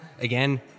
again